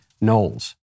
Knowles